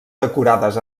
decorades